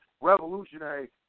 revolutionary